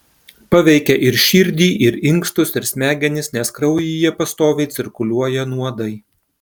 paveikia ir širdį ir inkstus ir smegenis nes kraujyje pastoviai cirkuliuoja nuodai